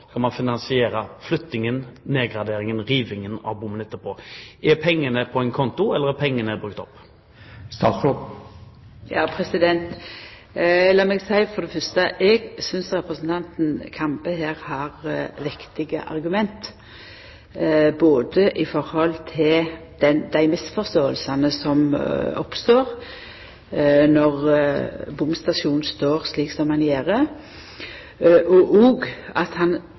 av anlegget etterpå. Står pengene på konto, eller er pengene brukt opp? Lat meg for det fyrste seia at eg synest representanten Kambe her har vektige argument, både med omsyn til dei misforståingane som oppstår når bomstasjonen står slik som han gjer, og med omsyn til det han seier om at